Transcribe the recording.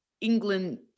England